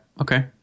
okay